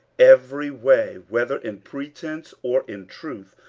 every way, whether in pretence, or in truth,